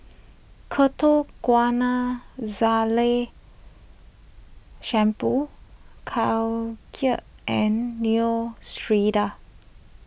Ketoconazole Shampoo Caltrate and Neostrata